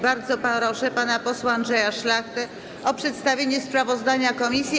Bardzo proszę pana posła Andrzeja Szlachtę o przedstawienie sprawozdania komisji.